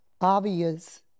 obvious